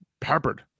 peppered